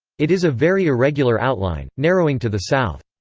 it is of very irregular outline, narrowing to the south.